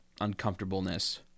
uncomfortableness